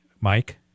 Mike